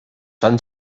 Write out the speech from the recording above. fan